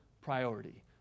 priority